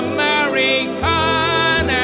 American